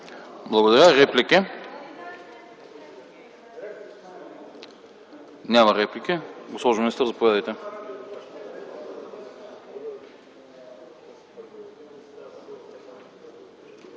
Благодаря. Реплики? Няма реплики. Госпожо министър, заповядайте.